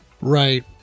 Right